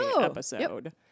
episode